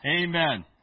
Amen